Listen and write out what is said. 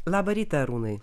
labą rytą arūnai